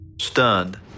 stunned